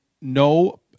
no